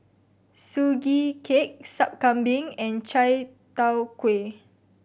Sugee Cake Sup Kambing and Chai Tow Kuay